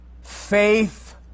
faith